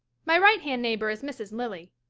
my right-hand neighbor is mrs. lilly.